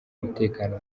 mutekano